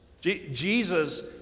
jesus